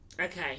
Okay